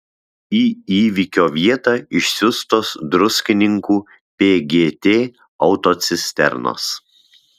į įvykio vietą išsiųstos druskininkų pgt autocisternos